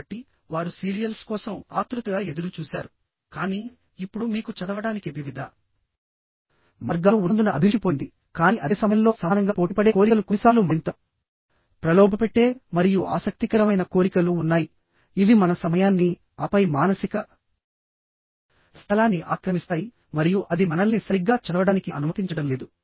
కాబట్టివారు serials కోసం ఆత్రుతగా ఎదురుచూశారు కానీ ఇప్పుడు మీకు చదవడానికి వివిధ మార్గాలు ఉన్నందున అభిరుచి పోయింది కానీ అదే సమయంలో సమానంగా పోటీపడే కోరికలు కొన్నిసార్లు మరింత ప్రలోభపెట్టే మరియు ఆసక్తికరమైన కోరికలు ఉన్నాయిఇవి మన సమయాన్నిఆపై మానసిక స్థలాన్ని ఆక్రమిస్తాయి మరియు అది మనల్ని సరిగ్గా చదవడానికి అనుమతించడం లేదు